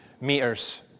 meters